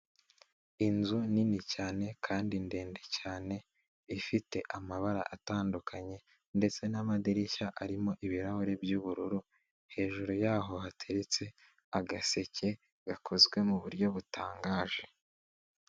Inzu nini cyane kandi ndende cyane ifite amabara atandukanye ndetse n'amadirishya arimo ibirahuri by'ubururu, hejuru yaho hateretse agaseke gakozwe mu buryo butangaje.